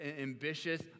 Ambitious